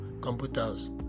computers